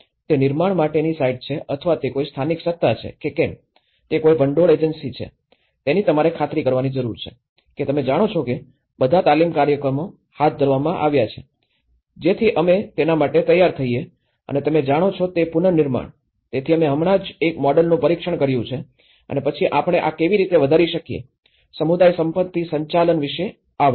તે નિર્માણ માટેની સાઇટ છે અથવા તે કોઈ સ્થાનિક સત્તા છે કે કેમ તે કોઈ ભંડોળ એજન્સી છે તેની તમારે ખાતરી કરવાની જરૂર છે કે તમે જાણો છો કે બધા તાલીમ કાર્યક્રમો હાથ ધરવામાં આવ્યા છે જેથી અમે તેના માટે તૈયાર થઈએ તમે જાણો છો તે પુનર્નિર્માણ તેથી અમે હમણાં જ એક મોડેલનું પરીક્ષણ કર્યું છે અને પછી આપણે આ કેવી રીતે વધારી શકીએ સમુદાય સંપત્તિ સંચાલન વિશે આ વાત છે